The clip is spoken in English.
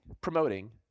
promoting